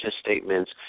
statements